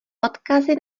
odkazy